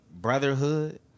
brotherhood